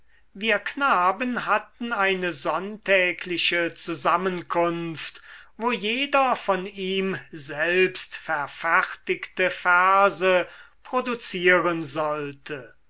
wir knaben hatten eine sonntägliche zusammenkunft wo jeder von ihm selbst verfertigte verse produzieren sollte